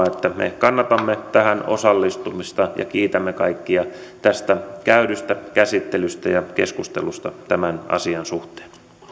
että me kannatamme tähän osallistumista ja kiitämme kaikkia tästä käydystä käsittelystä ja keskustelusta tämän asian suhteen